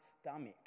stomach